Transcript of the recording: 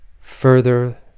further